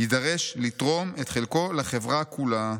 יידרש לתרום את חלקו לחברה כולה.